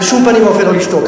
בשום פנים ואופן לא לשתוק.